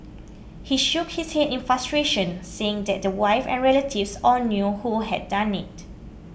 he shook his head in frustration saying that the wife and relatives all knew who had done it